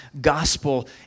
gospel